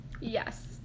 Yes